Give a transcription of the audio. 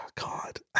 God